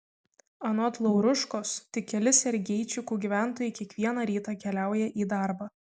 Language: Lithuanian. anot lauruškos tik keli sergeičikų gyventojai kiekvieną rytą keliauja į darbą